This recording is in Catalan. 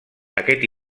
aquest